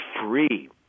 free